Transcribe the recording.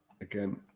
again